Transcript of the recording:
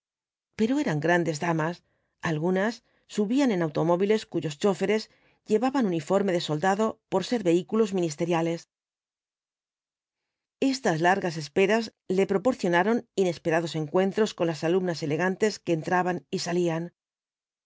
pero eran grandes damas algunas subían en automóviles cuyos chófers llevaban uniforme de soldado por ser vehículos ministeriales estas largas esperas le proporcionaron inesperados encuentros con las alumnas elegantes que entraban y salían